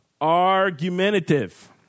argumentative